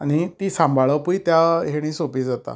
आनी ती सांबाळपय त्या हेणी सोंपी जाता